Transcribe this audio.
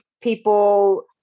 people